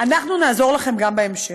אנחנו נעזור לכם גם בהמשך.